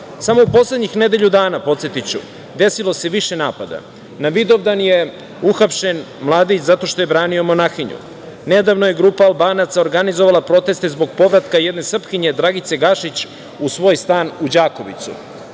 Samo u poslednjih nedelju dana, podsetiću, desilo se više napada. Na Vidovdan je uhapšen mladić zato što je branio monahinju. Nedavno je grupa Albanaca organizovala proteste zbog povratka jedne Srpkinje, Dragice Gašić, u svoj stan u Đakovici.